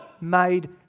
made